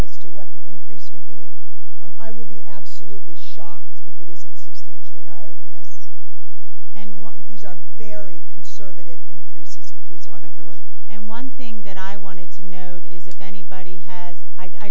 as to what the increase would be and i would be absolutely shocked if it isn't substantially higher than this and these are very conservative increases and one thing that i wanted to note is if anybody has i